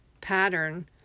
pattern